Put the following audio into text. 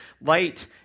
Light